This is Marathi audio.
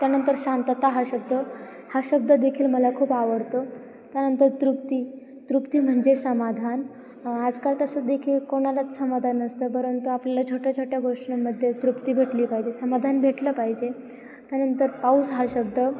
त्यानंतर शांतता हा शब्द हा शब्द देखील मला खूप आवडतो त्यानंतर तृप्ती तृप्ती म्हणजे समाधान आजकाल तसं देखील कोणालाच समाधान नसतं परंतु आपल्याला छोट्या छोट्या गोष्टींमध्ये तृप्ती भेटली पाहिजे समाधान भेटलं पाहिजे त्यानंतर पाऊस हा शब्द